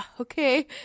okay